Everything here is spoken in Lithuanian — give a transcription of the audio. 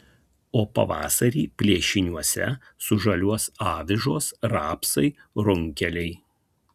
o pavasarį plėšiniuose sužaliuos avižos rapsai runkeliai